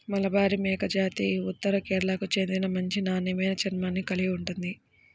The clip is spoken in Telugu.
మలబారి మేకజాతి ఉత్తర కేరళకు చెందిన మంచి నాణ్యమైన చర్మాన్ని కలిగి ఉంటుంది